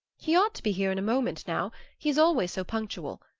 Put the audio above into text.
he ought to be here in a moment now he's always so punctual.